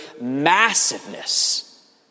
massiveness